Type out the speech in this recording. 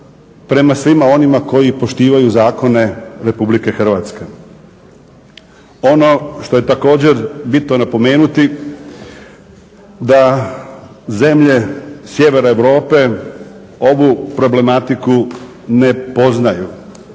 prema svima onima koji poštivaju zakone Republike Hrvatske. Ono što je također bitno napomenuti da zemlje sjevera Europe ovu problematiku ne poznaju